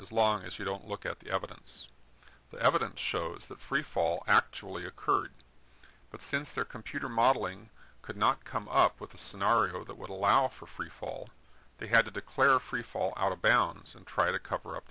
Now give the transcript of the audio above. as long as you don't look at the evidence the evidence shows that freefall actually occurred but since their computer modeling could not come up with a scenario that would allow for free fall they had to declare freefall out of bounds and try to cover up